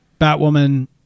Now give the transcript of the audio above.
Batwoman